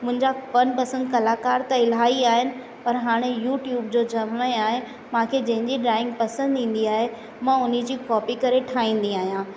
मुंहिंजा मनपसंद कलाकार त इलाही आहिनि पर हाणे यूट्यूब जो ज़मानो आहे मांखे जंहिंजी ड्राइंग पसंदि ईंदी आहे मां हुनजी कॉपी करे ठाहींदी आहियां